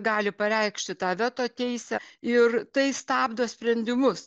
gali pareikšti tą veto teisę ir tai stabdo sprendimus